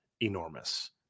enormous